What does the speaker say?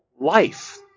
life